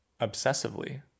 obsessively